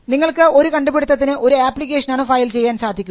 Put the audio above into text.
നിങ്ങൾക്ക് ഒരു കണ്ടുപിടുത്തത്തിനു ഒരു ആപ്ലിക്കേഷനാണ് ഫയൽ ചെയ്യാൻ സാധിക്കുക